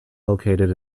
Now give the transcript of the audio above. located